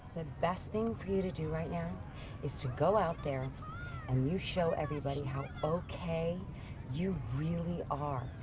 the best thing for you to do right now is to go out there and you show everybody how okay you really are,